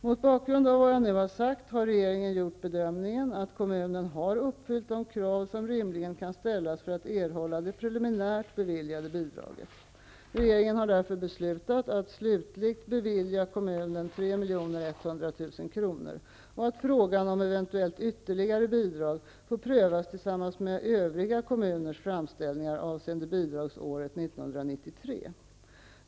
Mot bakgrund av vad jag nu har sagt har regeringen gjort bedömningen att kommunen har uppfyllt de krav som rimligen kan ställas för att erhålla det preliminärt beviljade bidraget. Regeringen har därför beslutat att slutligt bevilja kommunen 3 100 000 kr. och att frågan om eventuellt ytterligare bidrag får prövas tillsammans med övriga kommuners framställningar avseende bidragsåret 1993.